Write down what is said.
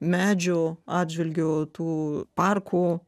medžių atžvilgiu tų parkų